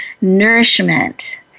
nourishment